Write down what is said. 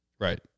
Right